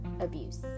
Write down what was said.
abuse